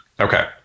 Okay